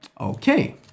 okay